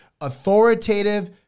authoritative